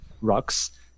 rocks